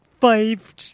five